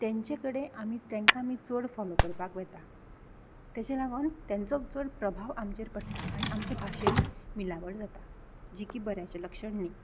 तांचे कडेन आमी तांकां आमी चड फॉलो करपाक वेता तेचे लागून तांचो चड प्रभाव आमचेर पडटा आनी आमच्या भाशेन मिलावड जाता जी की बऱ्याचें लक्षण न्ही